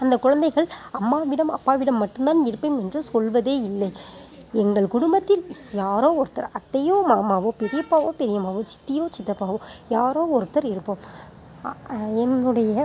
அந்த குழந்தைகள் அம்மாவிடம் அப்பாவிடம் மட்டும் தான் இருப்பேன் என்று சொல்வதே இல்லை எங்கள் குடும்பத்தில் யாரோ ஒருத்தர் அத்தையோ மாமாவோ பெரியப்பாவோ பெரியம்மாவோ சித்தியோ சித்தப்பாவோ யாரோ ஒருத்தர் இருப்போம் என்னுடைய